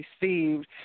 received